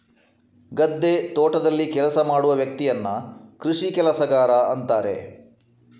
ಗದ್ದೆ, ತೋಟದಲ್ಲಿ ಕೆಲಸ ಮಾಡುವ ವ್ಯಕ್ತಿಯನ್ನ ಕೃಷಿ ಕೆಲಸಗಾರ ಅಂತಾರೆ